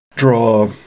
Draw